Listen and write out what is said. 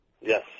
Yes